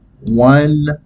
one